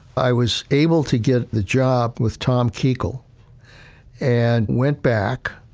i was able to get the job with tom kuchel and went back,